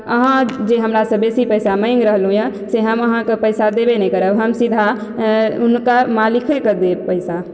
अहाँ जे हमरा सऽ बेसी पैसा माँगि रहलौं यऽ से हम अहाँके पैसा देबे नहि करब हम सीधा हुनका मालिके कऽ देब पैसा